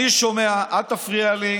אני שומע, אל תפריע לי.